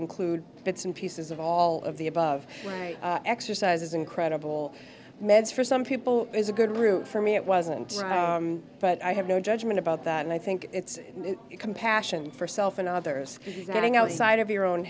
include bits and pieces of all of the above exercises incredible meds for some people is a good route for me it wasn't but i have no judgement about that and i think it's compassion for self and others getting outside of your own